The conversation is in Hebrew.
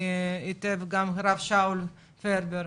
גם הרב שאול פרבר,